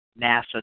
nasa